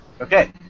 Okay